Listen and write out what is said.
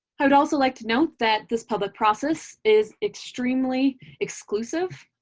i would also like to note that this public process is extremely exclusive,